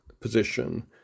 position